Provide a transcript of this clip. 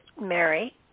Mary